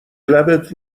لبت